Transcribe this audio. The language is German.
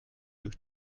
durch